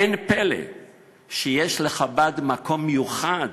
אין פלא שיש לחב"ד מקום מיוחד